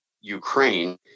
Ukraine